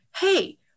hey